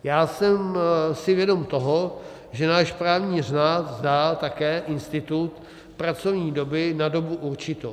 Já jsem si vědom toho, že náš právní řád zná také institut pracovní doby na dobu určitou.